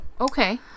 Okay